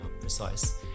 precise